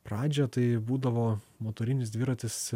pradžią tai būdavo motorinis dviratis